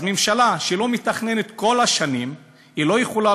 אז הממשלה שלא מתכננת כל השנים לא יכולה